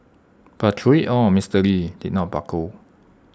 but through IT all Mister lee did not buckle